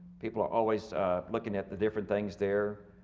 people are always looking at the different things their.